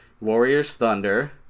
Warriors-Thunder